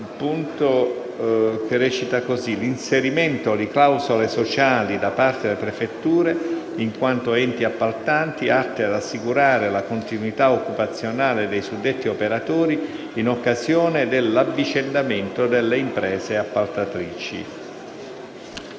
il seguente periodo: «l'inserimento di "clausole sociali" da parte delle prefetture in quanto enti appaltanti, atte ad assicurare la continuità occupazionale dei suddetti operatori in occasione dell'avvicendamento delle imprese appaltatrici».